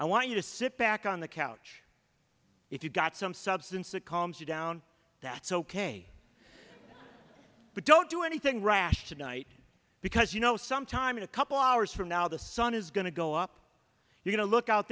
i want you to sit back on the couch if you've got some substance that calms you down that's ok but don't do anything rash tonight because you know some time in a couple hours from now the sun is going to go up you know look out